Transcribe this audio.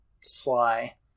sly